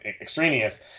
extraneous